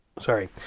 sorry